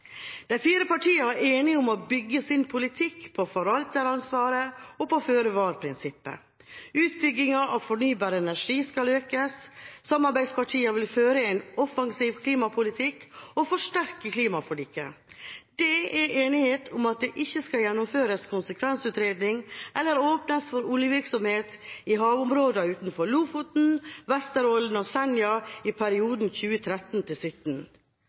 fire partiene er enige om å bygge sin politikk på forvalteransvaret og på føre-var-prinsippet. Utbyggingen av fornybar energi skal økes. Samarbeidspartiene vil føre en offensiv klimapolitikk og forsterke klimaforliket. Det er enighet om at det ikke skal gjennomføres konsekvensutredning eller åpnes for oljevirksomhet i havområdene utenfor Lofoten, Vesterålen og Senja i perioden